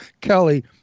Kelly